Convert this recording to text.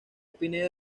pineda